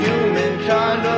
Humankind